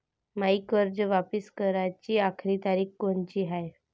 मायी कर्ज वापिस कराची आखरी तारीख कोनची हाय?